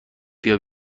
بیا